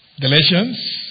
Galatians